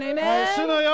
Amen